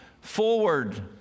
forward